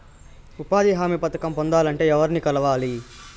ఉపాధి హామీ పథకం పొందాలంటే ఎవర్ని కలవాలి?